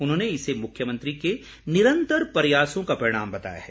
उन्होंने इसे मुख्यमंत्री के निरंतर प्रयासों का परिणाम बताया है